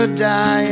die